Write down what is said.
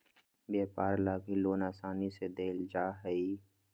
व्यापार ला भी लोन आसानी से देयल जा हई